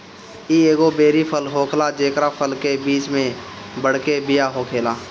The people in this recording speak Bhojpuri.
इ एगो बेरी फल होखेला जेकरा फल के बीच में बड़के बिया होखेला